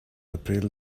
appeal